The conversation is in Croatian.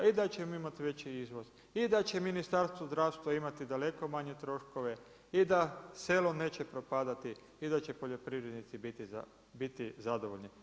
I da ćemo imati veći izvoz, i da će Ministarstvo zdravstva imati daleko manje troškove, i da se selo neće propadati, i da će poljoprivrednici biti zadovoljni.